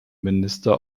minister